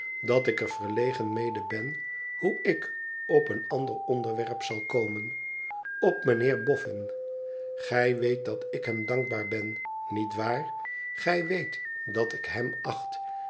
dat ik er verlegen mede ben hoe ik op een ander onderwerp zal komen op mijnheer boffin gij weet dat ik hem dankbaar ben niet waar gij weet dat ik hem acht